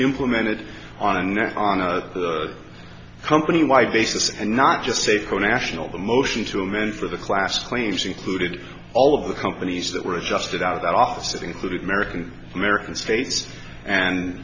implemented on net i on a company wide basis and not just say pro national the motion to amend for the class claims included all of the companies that were adjusted out of that office including american american states and